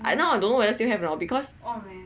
but now I don't know whether still have or not because